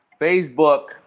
Facebook